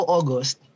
August